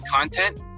content